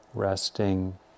Resting